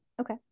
Okay